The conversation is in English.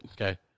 Okay